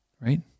right